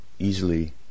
easily